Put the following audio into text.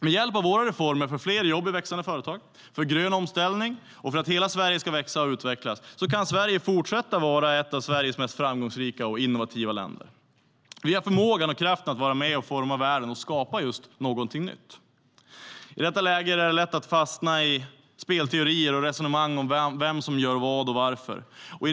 Med hjälp av våra reformer för fler jobb i växande företag, för grön omställning och för att hela Sverige ska växa och utvecklas kan Sverige fortsätta att vara ett av världens mest framgångsrika och innovativa länder. Vi har förmågan och kraften att vara med och forma världen och skapa någonting nytt.I detta läge är det lätt att fastna i spelteorier och resonemang om vem som gör vad och varför.